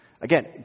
Again